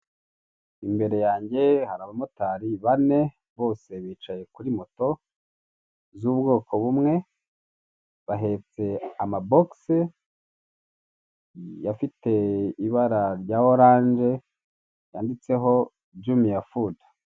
Imbere yange hari abamotari bane bose bicaye kuri moto z'ubwoko bumwe bahetse amabokisi afite afite ibara rya orange ryanditseho juniya fudu.